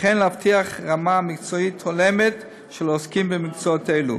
וכן להבטיח רמה מקצועית הולמת של העוסקים במקצועות אלו.